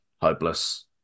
hopeless